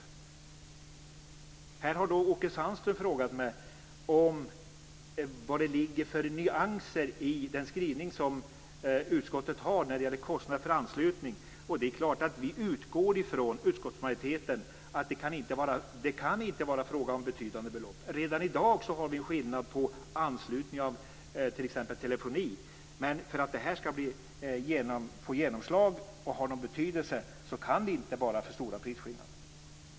Här har Åke Sandström frågat mig vad det ligger för nyanser i den skrivning som utskottet har om kostnaderna för anslutning. Det är klart att utskottsmajoriteten utgår ifrån att det inte kan vara fråga om betydande belopp. Redan i dag har vi skillnader vid anslutning av t.ex. telefoni. För att det skall få genomslag och ha någon betydelse kan det inte vara för stora prisskillnader.